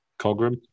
Cogram